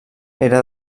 era